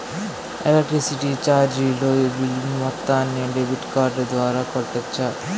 Electricity చార్జీలు bill మొత్తాన్ని debit card ద్వారా కట్టొచ్చా?